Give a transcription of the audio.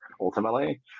ultimately